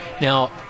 Now